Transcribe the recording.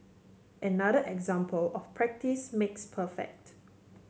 another example of practice makes perfect